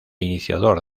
iniciador